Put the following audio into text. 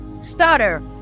stutter